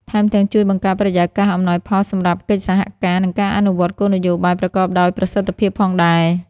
ថែមទាំងជួយបង្កើតបរិយាកាសអំណោយផលសម្រាប់កិច្ចសហការ និងការអនុវត្តគោលនយោបាយប្រកបដោយប្រសិទ្ធភាពផងដែរ។